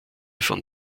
von